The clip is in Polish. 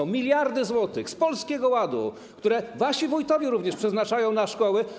To miliardy złotych z Polskiego Ładu, które wasi wójtowie również przeznaczają na szkoły.